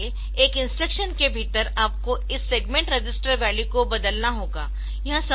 इसलिए एक इंस्ट्रक्शन के भीतर आपको इस सेगमेंट रजिस्टर वैल्यू को बदलना होगा